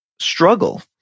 struggle